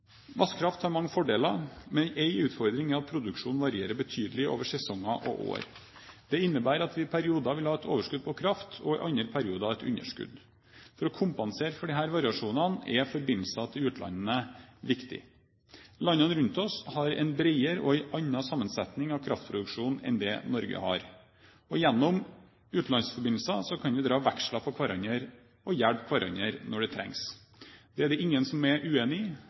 Vannkraft har mange fordeler, men en utfordring er at produksjonen varierer betydelig over sesonger og år. Det innebærer at vi i perioder vil ha et overskudd på kraft, og i andre perioder et underskudd. For å kompensere for disse variasjonene er forbindelser til utlandet viktig. Landene rundt oss har en bredere og annen sammensetning av kraftproduksjonen enn det Norge har. Gjennom utenlandsforbindelsene kan vi dra veksler på hverandre og hjelpe hverandre når det trengs. Det er det ingen som er uenig i.